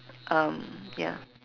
um ya